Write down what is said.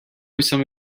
some